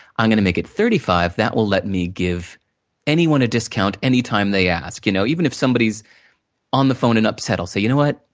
i'm gonna make it thirty five dollars, that will let me give anyone a discount, any time they ask. you know even if somebody's on the phone and upset, i'll say, you know what?